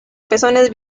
pezones